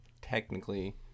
technically